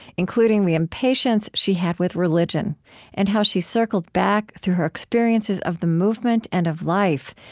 including the impatience she had with religion and how she circled back, through her experiences of the movement and of life,